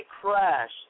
crashed